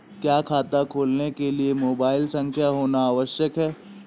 क्या खाता खोलने के लिए मोबाइल संख्या होना आवश्यक है?